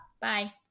Bye